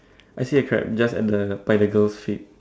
actually correct just at the Pythagoras shape